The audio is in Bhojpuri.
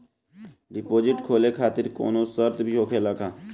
डिपोजिट खोले खातिर कौनो शर्त भी होखेला का?